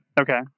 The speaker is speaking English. Okay